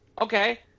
Okay